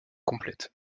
complète